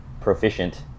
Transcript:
proficient